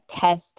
test